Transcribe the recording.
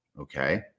okay